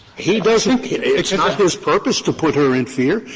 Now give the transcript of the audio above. he doesn't it's not his purpose to put her in fear,